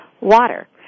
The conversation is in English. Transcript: water